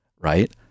right